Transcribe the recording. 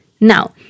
Now